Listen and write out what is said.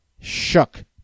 shook